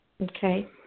Okay